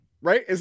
right